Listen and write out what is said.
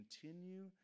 continue